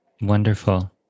Wonderful